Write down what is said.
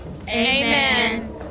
Amen